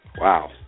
wow